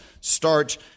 start